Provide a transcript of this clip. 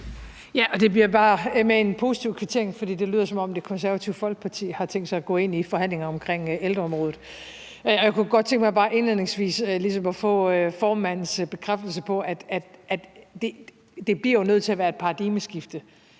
Det bliver bare med en positiv kvittering, for det lyder, som om Det Konservative Folkeparti har tænkt sig at gå ind i forhandlinger på ældreområdet. Jeg kunne godt tænke mig bare indledningsvis at få formandens bekræftelse på, at det jo bliver nødt til at være et paradigmeskifte,